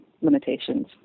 limitations